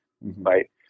right